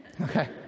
Okay